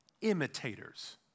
imitators